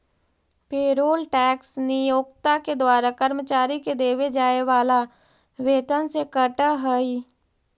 payroll tax नियोक्ता के द्वारा कर्मचारि के देवे जाए वाला वेतन से कटऽ हई